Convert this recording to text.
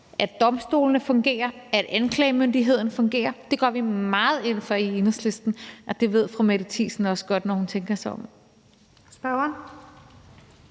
at domstolene fungerer, og at anklagemyndigheden fungerer. Det går vi meget ind for i Enhedslisten, og det ved fru Mette Thiesen også godt, når hun tænker sig om.